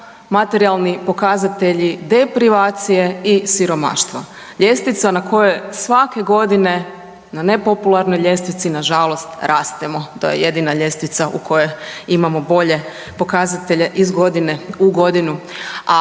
materijalni pokazatelji deprivacije i siromaštva. Ljestvica na kojoj svake godine na nepopularnoj ljestvici nažalost rastemo. To je jedina ljestvica u kojoj imamo bolje pokazatelje iz godine u godinu.